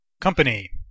Company